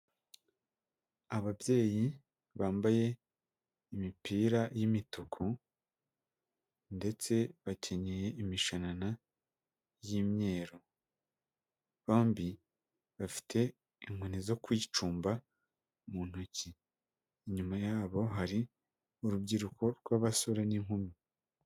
Ababyeyi bambaye imipira y'imituku ndetse bakenyeye imishanana y'imyeru, bombi bafite inkoni zo kwicumba mu ntoki. Inyuma yabo hari urubyiruko rw'abasore n'inkumi.